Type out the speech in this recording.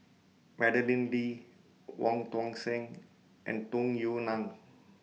Madeleine Lee Wong Tuang Seng and Tung Yue Nang